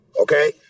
Okay